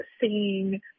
seeing